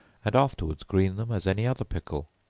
and afterwards green them as any other pickle.